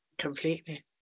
Completely